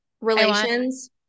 Relations